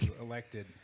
elected